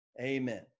Amen